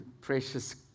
precious